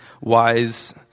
wise